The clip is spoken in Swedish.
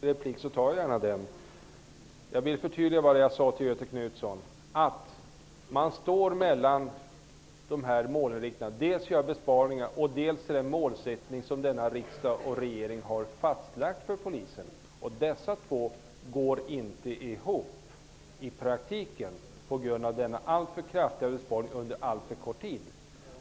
Herr talman! Jag vill bara förtydliga vad jag sade till Göthe Knutson. Man står mellan två inriktningar, dels besparingar, dels den målsättning som riksdagen och regeringen har fastlagt för polisen, och de går i praktiken inte ihop, eftersom det är fråga om alltför kraftiga besparingar under alltför kort tid.